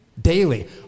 Daily